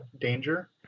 danger